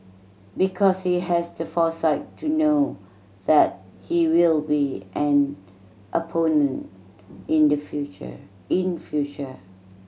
because he has the foresight to know that he will be an opponent in the future in future